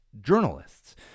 journalists